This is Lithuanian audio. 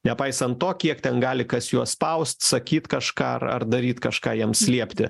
nepaisant to kiek ten gali kas juos spaust sakyt kažką ar ar daryt kažką jiems liepti